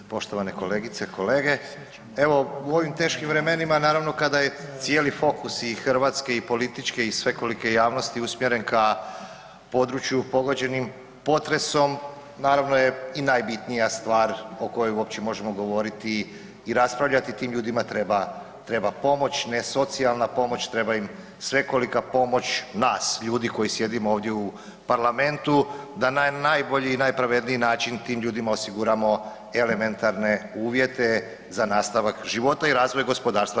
Poštovane kolegice i kolege, evo u ovim teškim vremenima naravno kada je cijeli fokus i Hrvatske i političke i svekolike javnosti usmjeren ka području pogođenim potresom naravno je i najbitnija stvar o kojoj uopće možemo govoriti i raspravljati tim ljudima treba pomoć, ne socijalna pomoć treba im svekolika pomoć nas ljudi koji sjedimo ovdje u parlamentu da na najbolji i najpravedniji način tim ljudima osiguramo elementarne uvjete za nastavak života i razvoj gospodarstva.